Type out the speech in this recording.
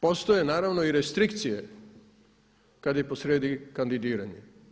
Postoje naravno i restrikcije kad je posrijedi kandidiranje.